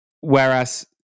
Whereas